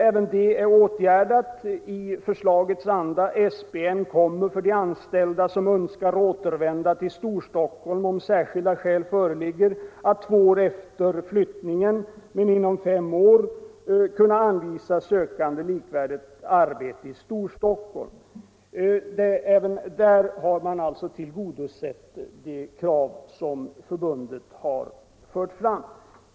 Även det kravet är åtgärdat i förslagets anda. För de anställda som vill återvända till Storstockholm kommer SPN, om särskilda skäl föreligger, att två år efter flyttningen - men inom fem år — kunna anvisa sökande likvärdigt arbete i Storstockholm. Även där har man alltså tillgodosett de krav som förbundet fört fram.